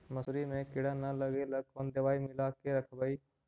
मसुरी मे किड़ा न लगे ल कोन दवाई मिला के रखबई?